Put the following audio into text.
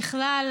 ככלל,